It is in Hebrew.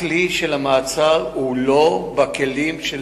הכלי של המעצר הוא לא בכלים של